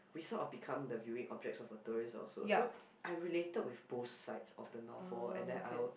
we sort of become the viewing objects of a tourist also so I related with both sides of the novel and then I